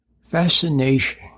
fascination